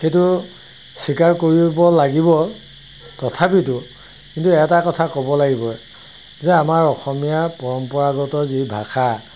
সেইটো স্বীকাৰ কৰিব লাগিব তথাপিতো কিন্তু এটা কথা ক'ব লাগিব যে আমাৰ অসমীয়া পৰম্পৰাগত যি ভাষা